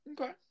Okay